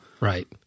Right